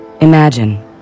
Imagine